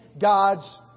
God's